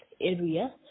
area